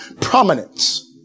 prominence